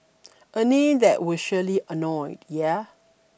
a name that will surely annoy yeah